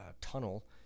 tunnel